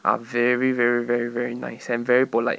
are very very very very nice and very polite